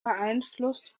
beeinflusst